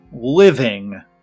living